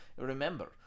Remember